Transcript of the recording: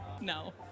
No